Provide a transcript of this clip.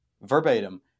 verbatim